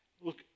Look